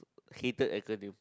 hated acronym